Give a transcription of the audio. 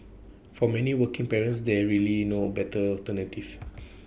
for many working parents there's really no A better alternative